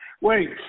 Wait